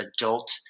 adult